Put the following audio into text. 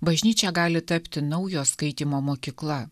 bažnyčia gali tapti naujo skaitymo mokykla